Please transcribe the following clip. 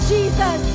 Jesus